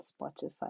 spotify